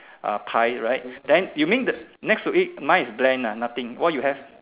uh pie right then you mean next to it mine is blank ah nothing what you have